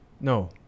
No